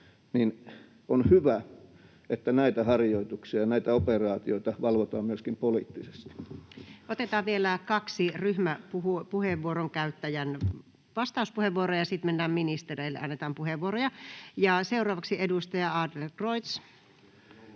on hyvä, että näitä harjoituksia ja näitä operaatioita valvotaan myöskin poliittisesti. Otetaan vielä kaksi ryhmäpuheenvuoron käyttäjän vastauspuheenvuoroa, ja sitten ministereille annetaan puheenvuoroja. — Ja seuraavaksi edustaja Adlercreutz.